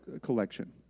collection